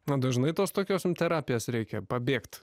o dažnai tos tokios jum terapijos reikia pabėgt